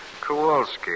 Kowalski